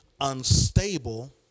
unstable